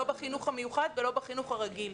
לא בחינוך המיוחד ולא בחינוך הרגיל.